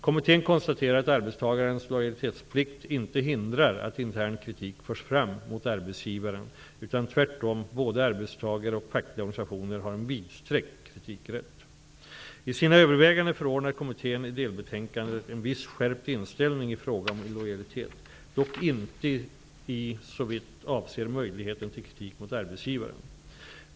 Kommittén konstaterar att arbetstagarens lojalitetsplikt inte hindrar att intern kritik förs fram mot arbetsgivaren, utan både arbetstagare och den fackliga organisationen tvärtom har en vidsträckt kritikrätt. I sina överväganden förordar kommittén i delbetänkandet en viss skärpt inställning i fråga om illojalitet, dock inte i såvitt avser möjligheten till kritik mot arbetsgivaren.